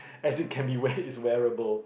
as it can be wear it's wearable